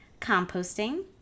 composting